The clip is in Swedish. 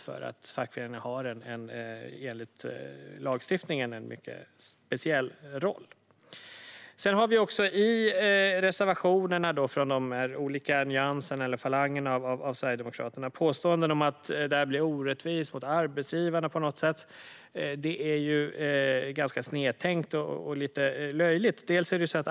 Enligt lagstiftningen har fackföreningar en mycket speciell roll. Sedan finns det ju också i reservationerna från de olika nyanserna eller falangerna av Sverigedemokraterna påståenden om att det här blir orättvist mot arbetsgivarna på något sätt. Det är ganska snedtänkt och lite löjligt.